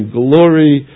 glory